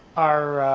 our